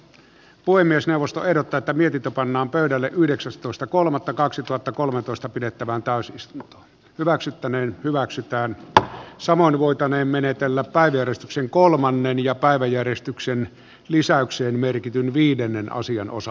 puhemiesneuvosto ehdottaatä virka pannaan pöydälle yhdeksästoista kolmatta kaksituhattakolmetoista pidettävän tai sysmä hyväksyttäneen hyväksytään että saman voitaneen menetellä päädy eristyksen keskustelu ja asian osa